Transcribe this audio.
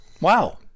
wow